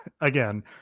Again